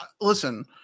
listen